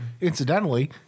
incidentally